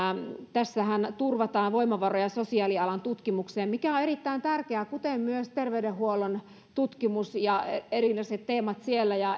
tässähän turvataan voimavaroja sosiaalialan tutkimukseen mikä on erittäin tärkeää kuten ovat myös terveydenhuollon tutkimus ja erilaiset teemat siellä